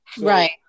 Right